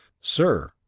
Sir